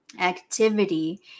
Activity